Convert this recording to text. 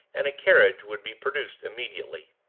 and a carriage would be produced immediately.